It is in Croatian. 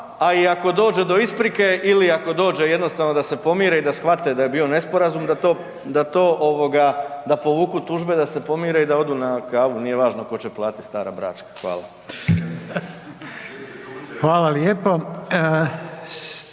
a i ako dođe do isprike ili ako dođe jednostavno da se pomire i da shvate da je bio nesporazum da povuku tužbe, da se pomire i da odu na kavu. Nije važno tko će platit, stara bračka. Hvala. **Reiner,